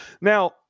Now